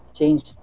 change